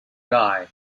guy